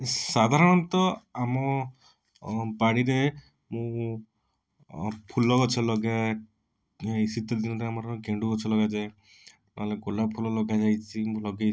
ସାଧାରଣତଃ ଆମ ବାଡ଼ିରେ ମୁଁ ଫୁଲ ଗଛ ଲଗାଏ ଏଇ ଶୀତଦିନରେ ଆମର ଗେଣ୍ଡୁ ଗଛ ଲଗାଯାଏ ନହେଲେ ଗୋଲାପ ଫୁଲ ଲଗାଯାଇଛି ମୁଁ ଲଗାଇଛି